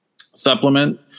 supplement